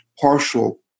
partial